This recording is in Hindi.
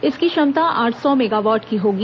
इसकी क्षमता आठ सौ मेगावाट की होगी